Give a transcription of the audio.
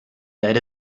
that